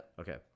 Okay